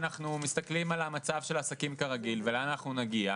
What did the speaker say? אנחנו מסתכלים על מצב של 'עסקים כרגיל' ולאן אנחנו נגיע.